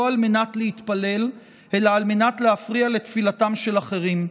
על מנת להתפלל אלא על מנת להפריע לתפילתם של אחרים,